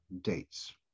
dates